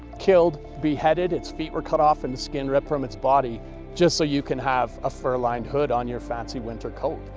killed, beheaded, it's feet were cut off and skin ripped from it's body just so you could have a fur lined hood on your fancy winter coat.